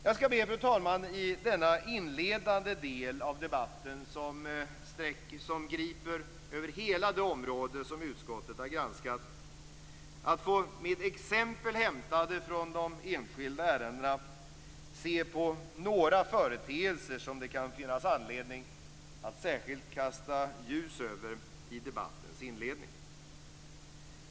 Jag skall be, fru talman, i denna del av debatten som griper över hela det område som utskottet har granskat att få med exempel hämtade från de enskilda ärendena se på några företeelser som det kan finnas anledning att särskilt kasta ljus över i debattens inledning.